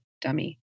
dummy